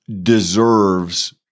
deserves